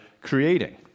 creating